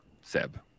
Seb